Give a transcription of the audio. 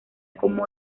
como